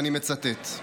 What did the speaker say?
ואני מצטט: